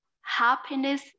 Happiness